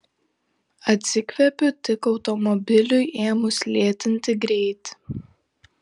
atsikvepiu tik automobiliui ėmus lėtinti greitį